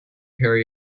harry